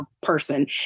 person